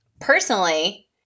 personally